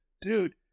dude